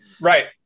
Right